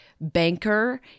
banker